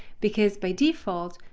because by default,